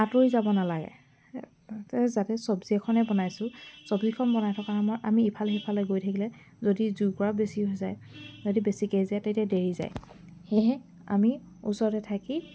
আঁতৰি যাব নালাগে যাতে চবজি এখনেই বনাইছো চবজিখন বনাই থকা সময়ত আমি ইফাল সিফালে গৈ থাকিলে যদি জুইকুৰা বেছি হৈ যায় যদি বেছি গেছ যায় তেতিয়া দেই যায় সেয়েহে আমি ওচৰতে থাকি